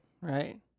right